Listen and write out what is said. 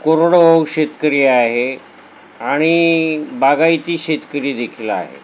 कोरडवाहू शेतकरी आहे आणि बागायती शेतकरीदेखील आहे